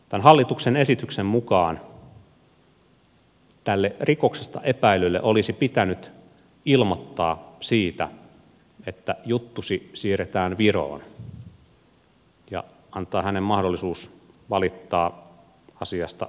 tämän hallituksen esityksen mukaan tälle rikoksesta epäillylle olisi pitänyt ilmoittaa siitä että juttu siirretään viroon ja antaa hänelle mahdollisuus valittaa asiasta helsingin käräjäoikeuteen